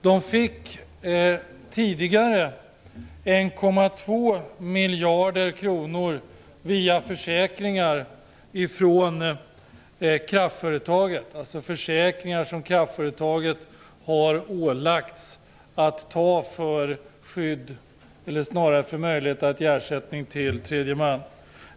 De skulle tidigare ha kunnat få 1,2 miljarder kronor via försäkringar från kraftföretagen - försäkringar som kraftföretaget har ålagts att ha för möjlighet att ge ersättning till tredje man.